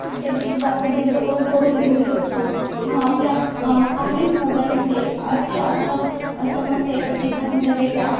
settings आपण त्यांच्याकडून करून घेऊ शकतो किंवा आपल्या काही मोबाईलमध्ये असे आजकाल समस्या येतात की काहींचा डेटा